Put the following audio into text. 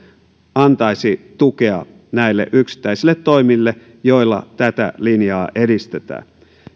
antaisi tukea yksittäisille toimille joilla tätä linjaa edistetään